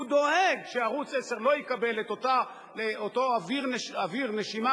הוא דואג שערוץ-10 לא יקבל אותו אוויר לנשימה